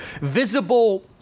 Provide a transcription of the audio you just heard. visible